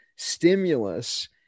stimulus